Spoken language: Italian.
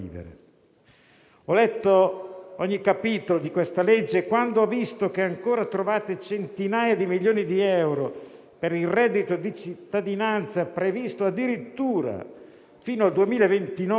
Ho letto ogni capitolo del provvedimento in esame e, quando ho visto che ancora trovate centinaia di milioni di euro per il reddito di cittadinanza (previsto addirittura fino al 2029,